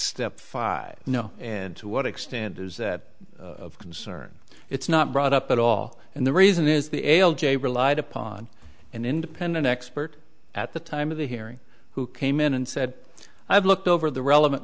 step five know and to what extent is that concern it's not brought up at all and the reason is the ael j relied upon an independent expert at the time of the hearing who came in and said i've looked over the relevant